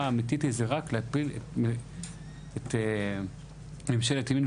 האמיתית היא זה רק להפיל את ממשלת ימין.